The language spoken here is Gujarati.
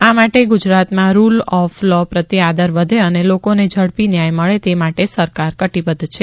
આ માટે ગુજરાતમાં રૂલ ઓફ લૉ પ્રત્યે આદર વધે અને લોકોને ઝડપી ન્યાય મળે તે માટે સરકાર કટિબદ્ધ છે